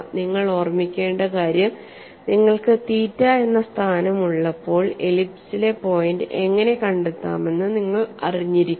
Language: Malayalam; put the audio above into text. നിങ്ങൾ ഓർമ്മിക്കേണ്ട കാര്യം നിങ്ങൾക്ക് തീറ്റ എന്ന സ്ഥാനം ഉള്ളപ്പോൾ എലിപ്സിലെ പോയിന്റ് എങ്ങനെ കണ്ടെത്താമെന്ന് നിങ്ങൾ അറിഞ്ഞിരിക്കണം